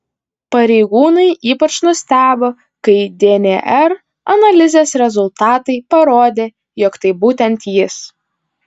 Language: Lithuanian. pareigūnai ypač nustebo kai dnr analizės rezultatai parodė jog tai būtent jis